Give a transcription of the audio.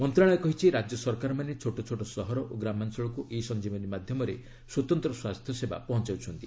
ମନ୍ତ୍ରଣାଳୟ କହିଛି ରାଜ୍ୟ ସରକାରମାନେ ଛୋଟ ଛୋଟ ସହର ଓ ଗ୍ରାମାଞ୍ଚଳକୁ ଇ ସଞ୍ଜିବନୀ ମାଧ୍ୟମରେ ସ୍ୱତନ୍ତ୍ର ସ୍ୱାସ୍ଥ୍ୟ ସେବା ପହଞ୍ଚାଉଛନ୍ତି